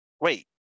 wait